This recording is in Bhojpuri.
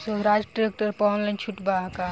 सोहराज ट्रैक्टर पर ऑनलाइन छूट बा का?